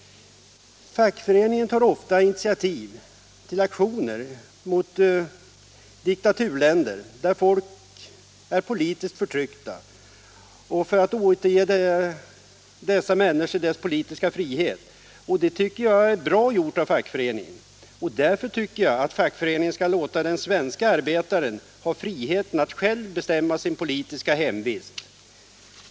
Fackföreningarna tar ofta initiativ till aktioner mot diktaturländer där folk är politiskt förtryckta, för att återge dessa människor deras politiska frihet, och det tycker jag är bra gjort av fackföreningarna. Därför tycker jag att fackföreningarna skall låta den svenska arbetaren få ha friheten att själv bestämma sin politiska hemvist.